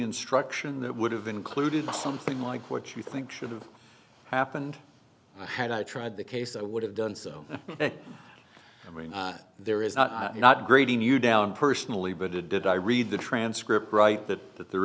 instruction that would have included something like what you think should have happened had i tried the case i would have done so i mean there is not grading you down personally but it did i read the transcript right that that there